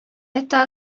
это